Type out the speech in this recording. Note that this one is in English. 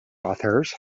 authors